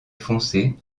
foncé